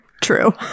true